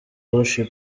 worship